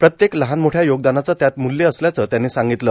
प्रत्येक लहान मोठ्या योगदानाचं त्यात मूल्य असल्याचं त्यांनी सांगितलं